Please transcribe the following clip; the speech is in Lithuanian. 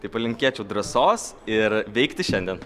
tai palinkėčiau drąsos ir veikti šiandien